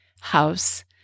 house